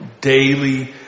daily